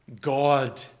God